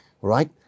right